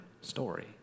story